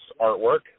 artwork